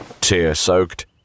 tear-soaked